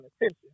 attention